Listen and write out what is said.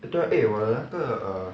that time eh 我的那个 err